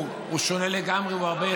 בוודאי